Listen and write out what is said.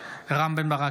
בהצבעה רם בן ברק,